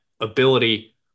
ability